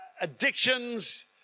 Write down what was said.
addictions